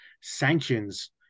sanctions